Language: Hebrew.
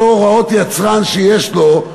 אותן הוראות יצרן שיש לו,